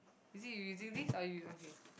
is it you using this or you okay